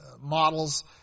models